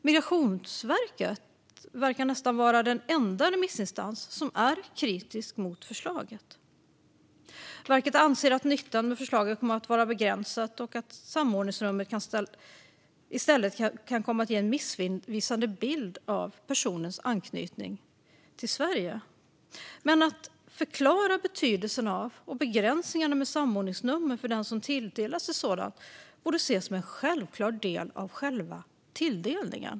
Migrationsverket verkar nästan vara den enda remissinstans som är kritisk mot förslaget. Verket anser att nyttan med förslaget kommer att vara begränsad och att samordningsnummer i stället kan komma att ge en missvisande bild av personens anknytning till Sverige. Men att förklara betydelsen av och begränsningarna med samordningsnummer för den som tilldelas ett sådant borde ses som en självklar del av själva tilldelningen.